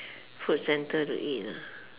food center to eat ah